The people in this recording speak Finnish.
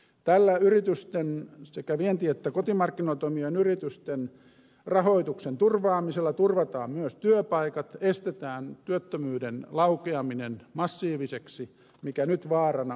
tällä yritysten sekä vienti että kotimarkkinoilla toimivien yritysten rahoituksen turvaamisella turvataan myös työpaikat estetään työttömyyden laukeaminen massiiviseksi mikä on nyt vaarana